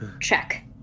check